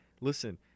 Listen